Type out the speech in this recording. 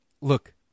Look